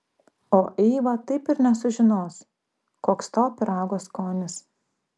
o eiva taip ir nesužinos koks to pyrago skonis